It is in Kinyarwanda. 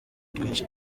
twinshi